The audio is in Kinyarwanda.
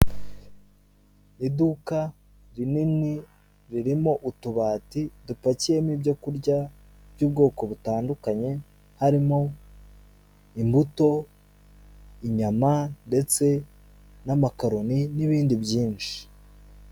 Iduka rinini ririmo utubati dupakiyemo ibyo kurya by'ubwoko butandukanye, harimo: imbuto; inyama, ndetse n'amakaroni n'ibindi byinshi.